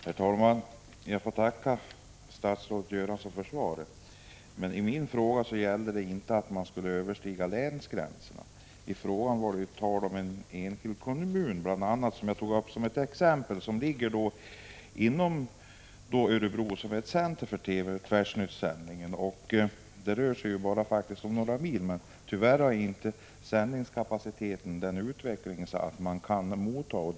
Herr talman! Jag får tacka statsrådet Göransson för svaret. Min fråga gällde dock inte att man skulle överskrida länsgränserna. I frågan var det tal om en enskild kommun, som jag tog som exempel. Den ligger inom Örebro län, och Örebro är ett centrum för Tvärsnytt-sändningarna. Det rör sig faktiskt bara om några mil, men tyvärr är inte sändningskapaciteten tillräcklig för att möjliggöra mottagning.